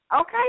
okay